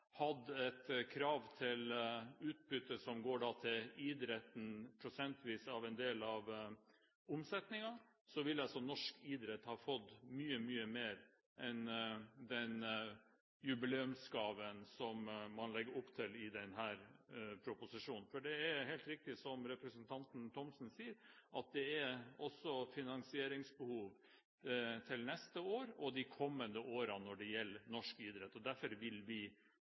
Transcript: et krav til utbytte for idretten – prosentvis som en del av omsetningen – ville norsk idrett ha fått mye, mye mer enn den jubileumsgaven som man legger opp til i denne proposisjonen. For det er helt riktig som representanten Ib Thomsen sa, at det også vil være et finansieringsbehov neste år og de kommende årene når det gjelder norsk idrett. Derfor vil vi